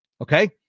Okay